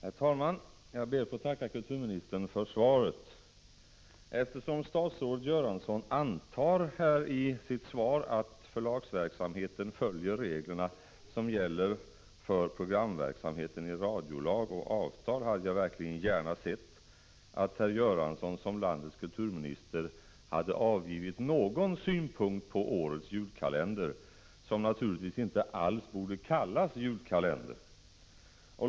Herr talman! Jag ber att få tacka kulturministern för svaret. Eftersom statsrådet Göransson i sitt svar antar att förlagsverksamheten följer de regler i radiolag och avtal som gäller för programverksamheten, hade jag gärna sett att herr Göransson som landets kulturminister hade avgivit någon synpunkt på årets julkalender, som naturligtvis inte alls borde kallas julkalender.